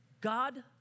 God